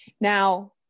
Now